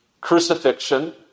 crucifixion